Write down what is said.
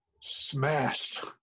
smashed